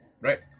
Right